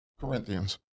Corinthians